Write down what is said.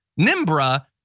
Nimbra